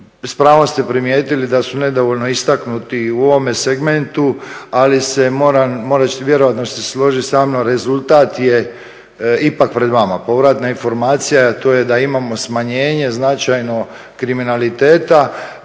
pravom ste primijetili da su nedovoljno istaknuti u ovome segmentu, ali se morat ćete vjerojatno složiti sa mnom, rezultat je ipak pred vama. Povratna informacija a to je da imamo smanjenje značajno kriminaliteta,